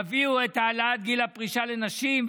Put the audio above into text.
יביאו את העלאת גיל הפרישה לנשים.